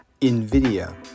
NVIDIA